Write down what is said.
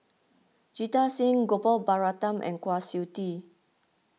Jita Singh Gopal Baratham and Kwa Siew Tee